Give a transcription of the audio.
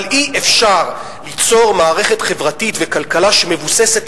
אבל אי-אפשר ליצור מערכת חברתית וכלכלה שמבוססת